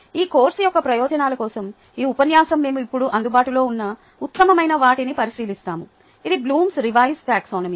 ఈ కోర్సు యొక్క ప్రయోజనాల కోసం ఈ ఉపన్యాసం మేము ఇప్పుడు అందుబాటులో ఉన్న ఉత్తమమైన వాటిని పరిశీలిస్తాము ఇది బ్లూమ్స్ రివైసెడ్ టాక్సానమీ